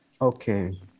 Okay